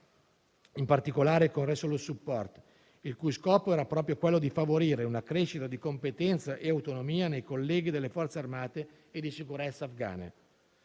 in particolare con il Resolute support, il cui scopo era proprio quello di favorire una crescita di competenza e autonomia nei colleghi delle Forze armate e di sicurezza afgane.